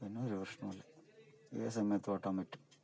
പിന്നെ ഒര് പ്രശ്നമില്ല ഏതു സമയത്ത് ഓട്ടം പറ്റും